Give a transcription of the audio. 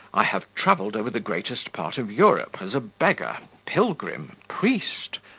i have travelled over the greatest part of europe, as a beggar, pilgrim, priest,